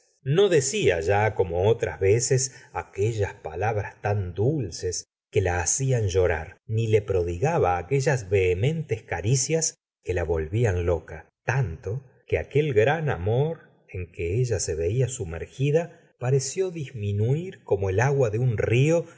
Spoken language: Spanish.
no decía ya como otras veces aquellas palabras tan dulces que la hacían llorar ni le prodigaba aquellas vehementes caricias que la volvían loca tanto que aquel gran amor en que ella se veía sumergida pareció disminuir como el agua de un río